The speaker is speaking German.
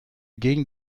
gegen